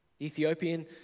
Ethiopian